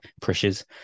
pressures